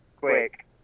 Quick